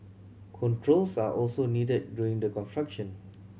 controls are also needed during the construction